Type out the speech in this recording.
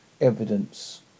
evidence